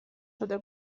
شده